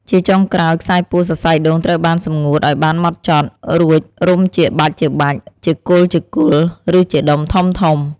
ជាចុងក្រោយ ខ្សែពួរសរសៃដូងត្រូវបានសម្ងួតឱ្យបានហ្មត់ចត់ រួចរុំជាបាច់ៗ ជាគល់ៗ ឬជាដុំធំៗ។